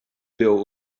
beo